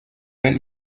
when